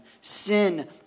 Sin